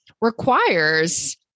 requires